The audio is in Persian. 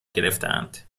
گرفتهاند